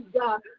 God